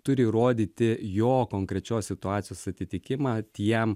turi įrodyti jo konkrečios situacijos atitikimą tiem